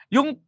Yung